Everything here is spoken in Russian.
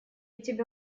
тебя